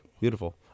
Beautiful